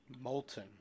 Molten